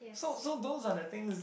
so so those are the things that